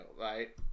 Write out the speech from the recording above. right